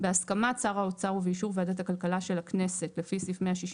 בהסכמת שר האוצר ובאישור ועדת הכלכלה של הכנסת לפי סעיף